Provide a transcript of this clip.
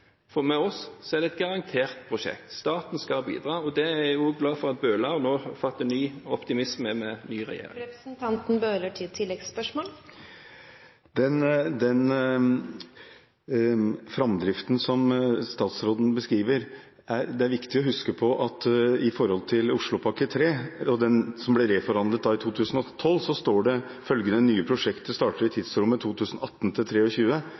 Med oss er det et garantert prosjekt. Staten skal bidra. Jeg er glad for at Bøhler fatter ny optimisme med ny regjering. Når det gjelder den framdriften som statsråden beskriver, er det viktig å huske på at i Oslopakke 3, som ble reforhandlet i 2012, står det: «Følgende nye prosjekter starter i